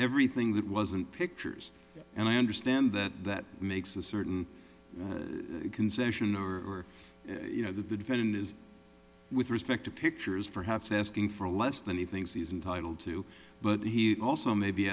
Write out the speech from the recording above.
everything that wasn't pictures and i understand that that makes a certain concession or you know that the defendant is with respect to pictures perhaps asking for less than he thinks he's entitled to but he also may be